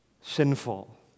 sinful